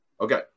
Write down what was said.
okay